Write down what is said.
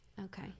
Okay